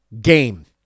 game